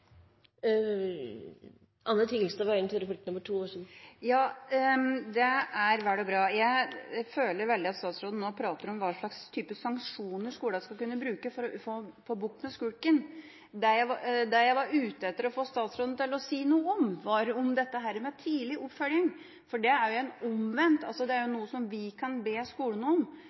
Det jeg var ute etter å få statsråden til å si noe om, var dette med tidlig oppfølging, for det er jo noe som vi kan be skolene om.